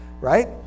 right